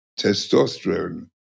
testosterone